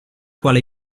quale